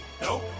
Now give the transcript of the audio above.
Nope